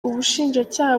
ubushinjacyaha